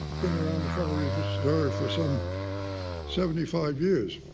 been around the federal reserve for some seventy five years.